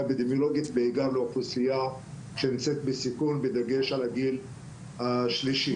אפידמיולוגית בעיקר לאוכלוסייה שנמצאת בסיכון בדגש על הגיל השלישי.